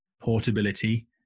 portability